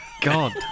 god